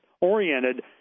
oriented